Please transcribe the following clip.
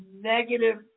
negative